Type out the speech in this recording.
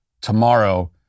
tomorrow